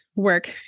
work